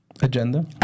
Agenda